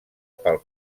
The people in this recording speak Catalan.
pel